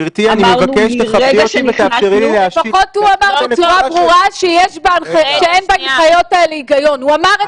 נאמר בצורה מפורשת שמותר שיהיו 20 אנשים שיתאמנו ביחד,